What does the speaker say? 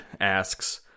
asks